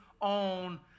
on